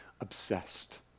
obsessed